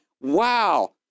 wow